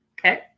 okay